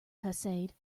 facade